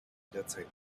jederzeit